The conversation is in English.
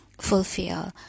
fulfill